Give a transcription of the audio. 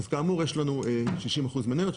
אז כאמור יש לנו 60% מניות,